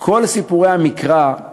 כל סיפורי המקרא,